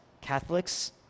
Catholics